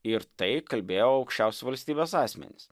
ir tai kalbėjo aukščiausi valstybės asmenys